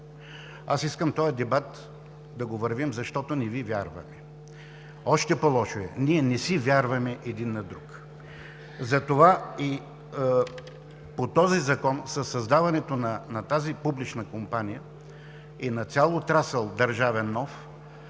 Аз искам този дебат да го водим, защото не Ви вярваме, още по-лошо е – ние не си вярваме един на друг. Затова и по този закон, със създаването на тази публична компания и на цял нов държавен